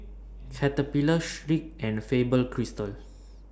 Caterpillar Schick and Faber Castell